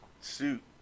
suit